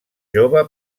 jove